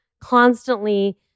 constantly